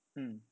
mm